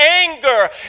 anger